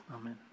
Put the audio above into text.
Amen